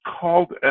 called